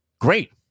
great